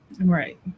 Right